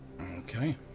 okay